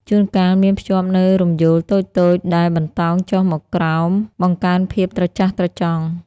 ជួនកាលមានភ្ជាប់នូវ រំយោល តូចៗ ដែលបន្តោងចុះមកក្រោម បង្កើនភាពត្រចះត្រចង់។